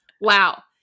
Wow